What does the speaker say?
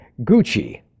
Gucci